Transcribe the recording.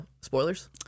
spoilers